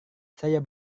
saya